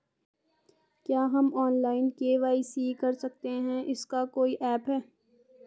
क्या हम online KYC कर सकते हैं इसका कोई ऐप है?